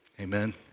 Amen